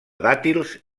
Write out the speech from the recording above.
dàtils